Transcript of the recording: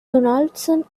donaldson